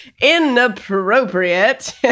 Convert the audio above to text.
inappropriate